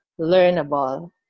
learnable